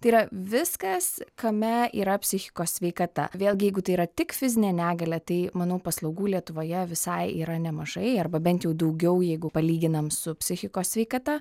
tai yra viskas kame yra psichikos sveikata vėlgi jeigu tai yra tik fizinė negalia tai manau paslaugų lietuvoje visai yra nemažai arba bent jau daugiau jeigu palyginam su psichikos sveikata